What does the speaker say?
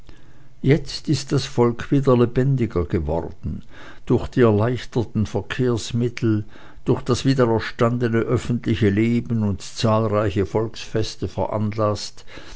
jetzt ist das volk wie der lebendiger geworden durch die erleichterten verkehrsmittel durch das wiedererstandene öffentliche leben und zahlreiche volksfeste veranlaßt